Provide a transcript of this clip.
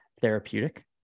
therapeutic